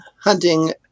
hunting